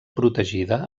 protegida